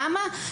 למה?